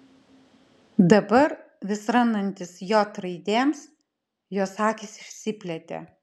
dabar vis randantis j raidėms jos akys išsiplėtė